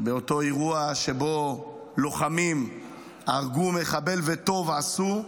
באותו אירוע שבו לוחמים הרגו מחבל, וטוב עשו.